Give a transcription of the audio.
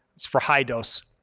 for high dose.